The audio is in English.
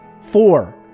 Four